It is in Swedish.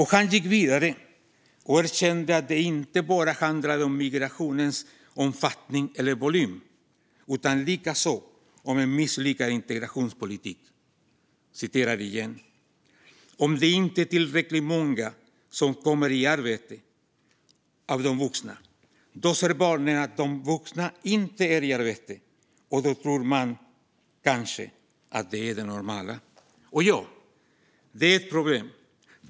Han gick vidare och erkände att det inte bara handlade om migrationens omfattning eller volym utan likaså om en misslyckad integrationspolitik: Om det inte är tillräckligt många som kommer i arbete av de vuxna, då ser barnen att de vuxna inte är i arbete, och då tror man kanske att det är det normala. Han sa vidare: Och ja, det är ett problem.